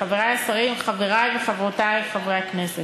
חברי השרים, חברי וחברותי חברי הכנסת,